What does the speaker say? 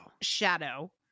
shadow